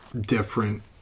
different